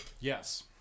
Yes